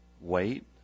Wait